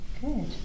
good